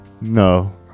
No